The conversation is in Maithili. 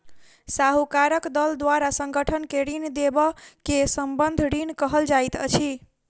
साहूकारक दल द्वारा संगठन के ऋण देबअ के संबंद्ध ऋण कहल जाइत अछि